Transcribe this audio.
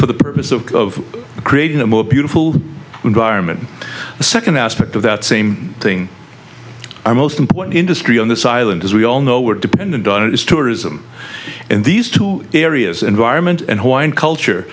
for the purpose of creating a more beautiful when vironment second aspect of that same thing our most important industry on this island as we all know we're dependent on its tourism in these two areas environment and hawaiian culture